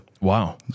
Wow